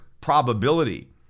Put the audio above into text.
probability